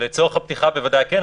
לצורך הפתיחה בוודאי כן.